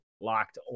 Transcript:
locked